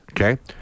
Okay